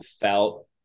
felt